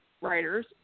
writers